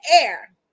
air